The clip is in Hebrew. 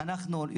ברוך השם,